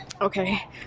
Okay